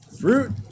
Fruit